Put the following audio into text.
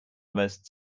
most